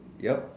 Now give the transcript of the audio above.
yup